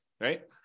right